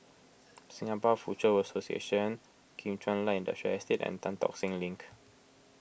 Singapore Foochow Association Kim Chuan Light Industrial Estate and Tan Tock Seng Link